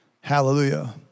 Hallelujah